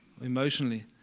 emotionally